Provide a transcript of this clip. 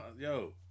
yo